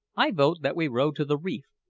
i vote that we row to the reef,